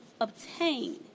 obtain